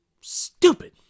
Stupid